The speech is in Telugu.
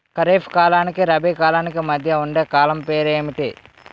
ఖరిఫ్ కాలానికి రబీ కాలానికి మధ్య ఉండే కాలం పేరు ఏమిటి?